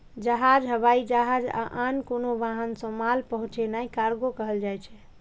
जहाज, हवाई जहाज या आन कोनो वाहन सं माल पहुंचेनाय कार्गो कहल जाइ छै